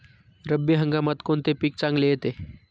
रब्बी हंगामात कोणते पीक चांगले येते?